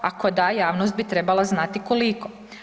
Ako da, javnost bi trebala znati koliko.